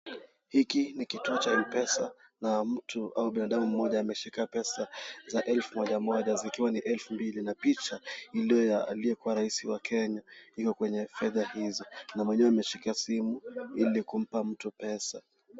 Hiki ni kutuo cha mpesa na mtu au binadamu mmoja ameshika pesa , za elfu mojamoja zikiwa ni elfu mbili na picha iliyo aliyekua rais wa Kenya iko kwenye fedha hizo, na mwenyewe ameshika simu ili kumpa mtu pesa.